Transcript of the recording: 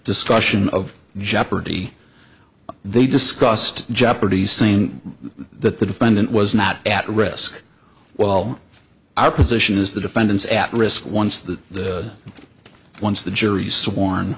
discussion of jeopardy they discussed jeopardy saying that the defendant was not at risk while our position is the defendant's at risk once that once the jury sworn